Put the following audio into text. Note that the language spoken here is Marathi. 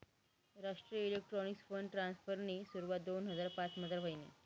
राष्ट्रीय इलेक्ट्रॉनिक्स फंड ट्रान्स्फरनी सुरवात दोन हजार पाचमझार व्हयनी